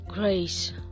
grace